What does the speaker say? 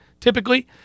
typically